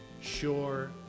sure